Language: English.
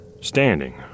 standing